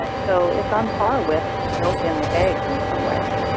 so it's on par with milk and eggs in some ways,